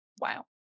Wow